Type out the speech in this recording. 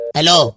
Hello